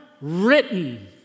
written